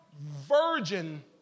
virgin